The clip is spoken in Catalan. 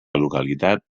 localitat